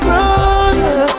Brother